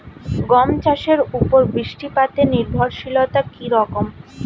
গম চাষের উপর বৃষ্টিপাতে নির্ভরশীলতা কী রকম?